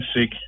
sick